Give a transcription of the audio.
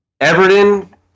Everton